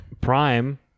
Prime